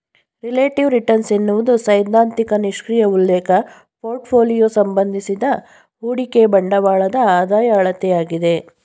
relative return ಎನ್ನುವುದು ಸೈದ್ಧಾಂತಿಕ ನಿಷ್ಕ್ರಿಯ ಉಲ್ಲೇಖ ಪೋರ್ಟ್ಫೋಲಿಯೋ ಸಂಬಂಧಿಸಿದ ಹೂಡಿಕೆ ಬಂಡವಾಳದ ಆದಾಯ ಅಳತೆಯಾಗಿದೆ